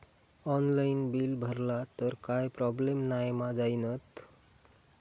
Online bill भरला तर काय प्रोब्लेम नाय मा जाईनत?